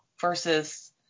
versus